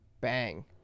bang